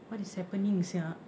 what is happening sia